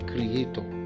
Creator